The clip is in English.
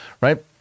Right